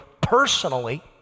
personally